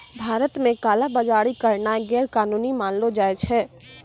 भारत मे काला बजारी करनाय गैरकानूनी मानलो जाय छै